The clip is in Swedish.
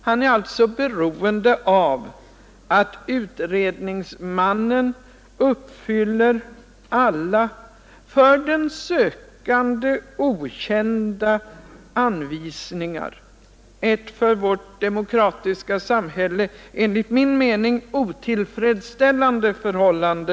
Han är alltså beroende av att utredningsmannen följer alla för den sökande okända anvisningar — ett för vårt demokratiska samhälle enligt min mening otillfredsställande förhållande.